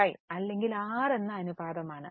5 അല്ലെങ്കിൽ 6 എന്ന അനുപാതമാണ്